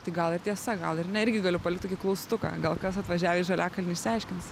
tai gal ir tiesa gal ir ne irgi galiu palikt tokį klaustuką gal kas atvažiavę į žaliakalnį išsiaiškins